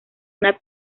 una